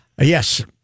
Yes